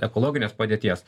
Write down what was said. ekologinės padėties